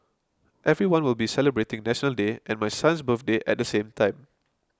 everyone will be celebrating National Day and my son's birthday at the same time